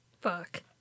Fuck